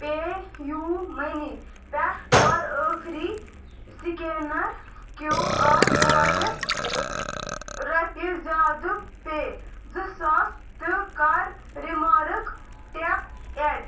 پے U money پٮ۪ٹھ کَر ٲخٕری سِکینَر کٮ۪و آر کوڈَس رۄپیہِ زیٛادٕ پے زٟ ساس تہٕ کَر رِمارٕک ٹؠپ اؠڈ